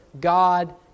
God